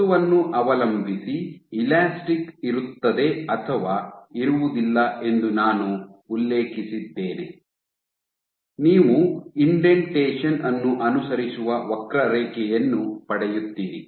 ವಸ್ತುವನ್ನು ಅವಲಂಬಿಸಿ ಎಲಾಸ್ಟಿಕ್ ಇರುತ್ತದೆ ಅಥವಾ ಇರುವುದಿಲ್ಲ ಎಂದು ನಾನು ಉಲ್ಲೇಖಿಸಿದ್ದೇನೆ ನೀವು ಇಂಡೆಂಟೇಶನ್ ಅನ್ನು ಅನುಸರಿಸುವ ವಕ್ರರೇಖೆಯನ್ನು ಪಡೆಯುತ್ತೀರಿ